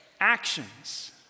actions